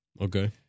Okay